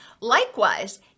likewise